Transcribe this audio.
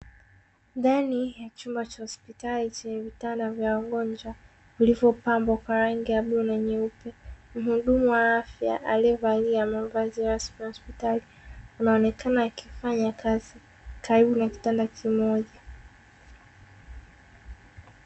Ndani ya chumba cha hospitali chenye vitanda vya wagonjwa vilivyopambwa kwa rangi ya bluu na nyeupe. Mhudumu wa afya aliyevalia mavazi ya hospitali anaonekana akifanya kazi karibu na kitanda kimoja.